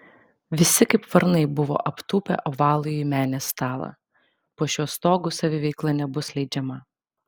visi kaip varnai buvo aptūpę ovalųjį menės stalą po šiuo stogu saviveikla nebus leidžiama